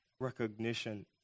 Recognition